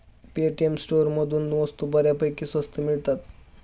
Paytm स्टोअरमधून वस्तू बऱ्यापैकी स्वस्त मिळतात